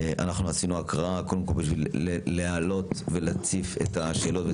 אנחנו עשינו הקראה קודם כל כדי להעלות ולהציף את השאלות.